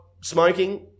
smoking